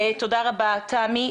תודה רבה, תמי.